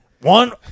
One